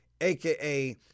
aka